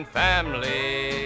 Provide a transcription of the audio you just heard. family